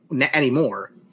anymore